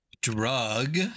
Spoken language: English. drug